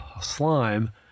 slime